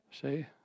See